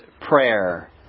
prayer